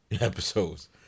episodes